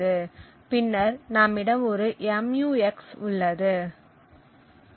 பின்னர் நம்மிடம் ஒரு MUX உள்ளது